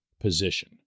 position